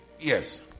Yes